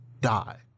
die